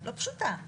לא פשוטה.